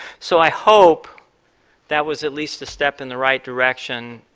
so i hope that was at least a step in the right direction,